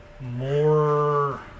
more